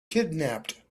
kidnapped